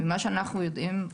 ממה שאנחנו יודעים,